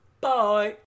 bye